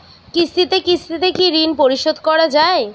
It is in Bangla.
কিস্তিতে কিস্তিতে কি ঋণ পরিশোধ করা য়ায়?